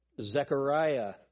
Zechariah